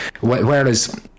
whereas